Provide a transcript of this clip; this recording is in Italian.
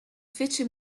fece